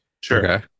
Sure